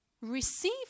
receive